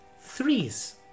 three's